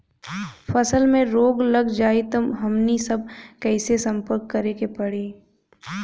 फसल में रोग लग जाई त हमनी सब कैसे संपर्क करें के पड़ी?